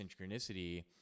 synchronicity